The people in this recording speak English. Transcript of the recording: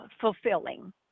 fulfilling